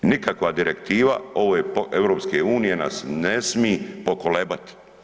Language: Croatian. Nikakva direktiva ove EU nas ne smi pokolebat.